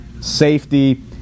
safety